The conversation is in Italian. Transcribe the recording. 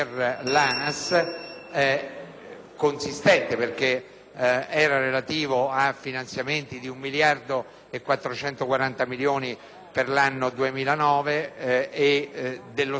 consistenza perché era relativa a finanziamenti per un miliardo e 440 milioni per l'anno 2009 e dello stesso ordine per gli anni successivi,